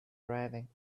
arriving